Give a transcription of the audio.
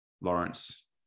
lawrence